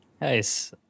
Nice